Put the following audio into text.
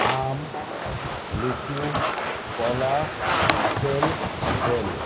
আম লিচু কলা apple bell